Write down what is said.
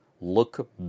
look